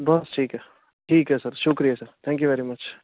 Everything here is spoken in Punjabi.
ਬਸ ਠੀਕ ਹੈ ਠੀਕ ਹੈ ਸਰ ਸ਼ੁਕਰੀਆ sir thank you very much